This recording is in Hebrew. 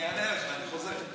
דמוקרטית, אני אענה לך, אני חוזר.